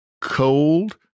cold